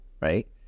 right